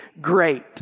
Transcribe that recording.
great